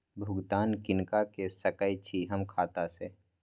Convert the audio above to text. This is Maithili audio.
भुगतान किनका के सकै छी हम खाता से?